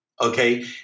Okay